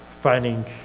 finding